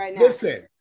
listen